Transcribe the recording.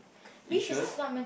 you sure